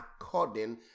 according